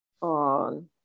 on